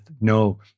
no